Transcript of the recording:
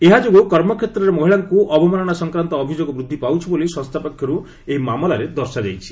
ଏହା ଯୋଗୁ କର୍ମକ୍ଷେତ୍ରରେ ମହିଳାଙ୍କୁ ଅବମାନନା ସଂକ୍ରାନ୍ତ ଅଭିଯୋଗ ବୃଦ୍ଧି ପାଉଛି ବୋଲି ସଂସ୍ଥା ପକ୍ଷରୁ ଏହି ମାମଲାରେ ଦର୍ଶାଯାଇଛି